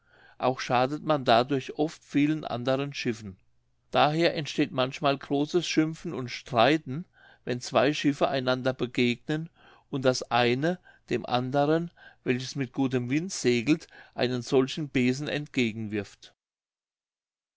auch schadet man dadurch oft vielen anderen schiffen daher entsteht manchmal großes schimpfen und streiten wenn zwei schiffe einander begegnen und das eine dem anderen welches mit gutem winde segelt einen solchen besen entgegenwirft